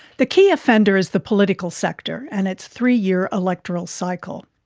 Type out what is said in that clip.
the key offender is the political sector and its three year electoral cycle.